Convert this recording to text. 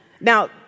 Now